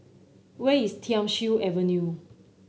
where is Thiam Siew Avenue